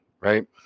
right